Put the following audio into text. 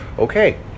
Okay